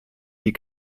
die